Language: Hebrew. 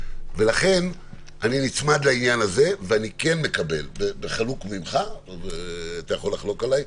ולכן אני נצמד לעניין הזה ואני כן מקבל אתה יכול לחלוק עלי,